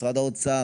משרד האוצר,